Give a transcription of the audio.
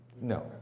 No